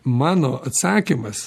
mano atsakymas